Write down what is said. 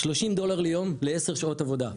30 דולר ליום לעשר שעות עבודה,